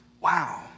Wow